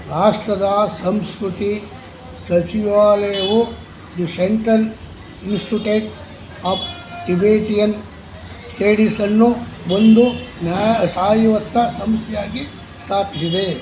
ರಾಷ್ಟ್ರದ ಸಂಸ್ಕೃತಿ ಸಚಿವಾಲಯವು the Central Institute of Tibetan Studies ಅನ್ನು ಬಂದು ನ್ಯಾಯ ಸ್ವಾಯತ್ತ ಸಂಸ್ಥೆಯಾಗಿ ಸ್ಥಾಪಿಸಿದೆ